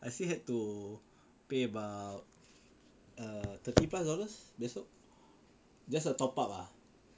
I still had to pay about err thirty plus dollars that's all just uh a top up ah